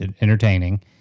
entertaining